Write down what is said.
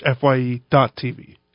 FYE.tv